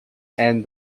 and